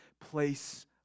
place